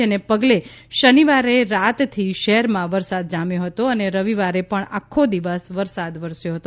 જેને પગલે શનિવારે રાતથી શહેરમાં વરસાદ જામ્યો હતો અને રવિ વારે પણ આખો દિવસ વરસાદ વરસ્યો હતો